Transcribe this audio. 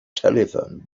telephone